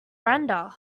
brenda